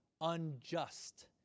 unjust